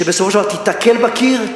שבסופו של דבר תיתקל בקיר,